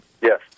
Yes